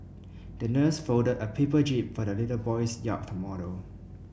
the nurse folded a paper jib for the little boy's yacht model